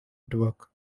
network